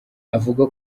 avuga